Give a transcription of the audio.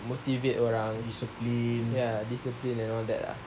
motivate around ya discipline and all that ya